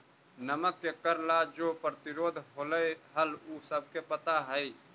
नमक के कर ला जो प्रतिरोध होलई हल उ सबके पता हई